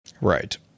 right